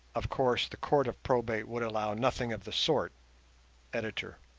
of course the court of probate would allow nothing of the sort editor.